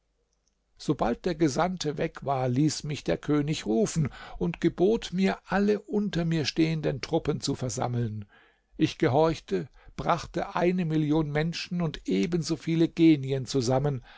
sobald der gesandte weg war ließ mich der könig rufen und gebot mir alle unter mir stehenden truppen zu versammeln ich gehorchte brachte eine million menschen und ebenso viele genien zusammen